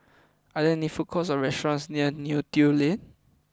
are there food courts or restaurants near Neo Tiew Lane